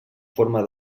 forma